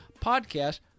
podcast